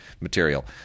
material